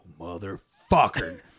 motherfucker